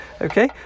okay